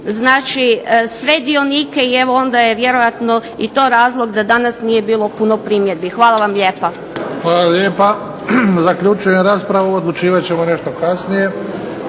znači sve dionike i evo onda je vjerojatno i to razlog da danas nije bilo puno primjedbi. Hvala vam lijepa. **Bebić, Luka (HDZ)** Hvala lijepa. Zaključujem raspravu. Odlučivat ćemo nešto kasnije.